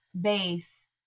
base